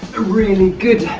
a really good